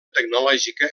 tecnològica